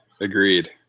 Agreed